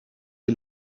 est